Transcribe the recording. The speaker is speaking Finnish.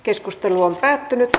keskustelu päättyi